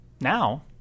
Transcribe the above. Now